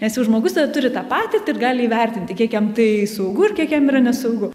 nes jau žmogus tada turi tą patirtį ir gali įvertinti kiek jam tai saugu ir kiek jam yra nesaugu